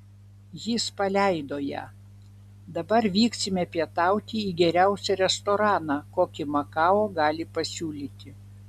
jis paleido ją dabar vyksime pietauti į geriausią restoraną kokį makao gali pasiūlyti